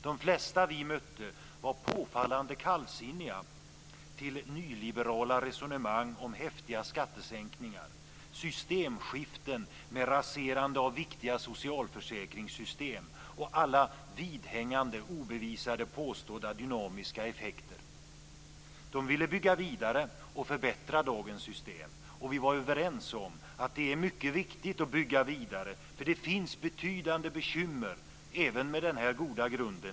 De flesta vi mötte var påfallande kallsinniga till nyliberala resonemang om häftiga skattesänkningar, systemskiften med raserande av viktiga socialförsäkringssystem och alla vidhängande obevisade påstådda dynamiska effekter. De ville bygga vidare och förbättra dagens system. Och vi var överens om att det är mycket viktigt att bygga vidare, för det finns betydande bekymmer även med denna goda grund.